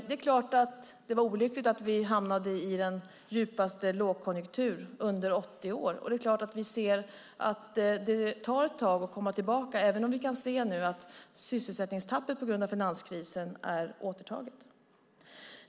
Det är klart att det var olyckligt att vi hamnade i den djupaste lågkonjunkturen på 80 år, och vi ser att det tar ett tag att komma tillbaka även om vi nu kan se att sysselsättningstappet på grund av finanskrisen är återtaget.